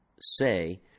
say